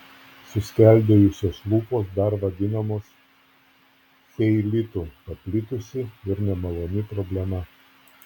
suskeldėjusios lūpos dar vadinamos cheilitu paplitusi ir nemaloni problema